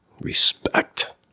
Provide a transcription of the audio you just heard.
Respect